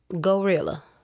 Gorilla